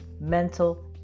mental